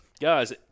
guys